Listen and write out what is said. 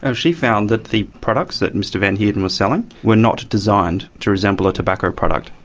um she found that the products that mr van heerden was selling were not designed to resemble a tobacco product.